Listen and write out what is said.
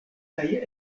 kaj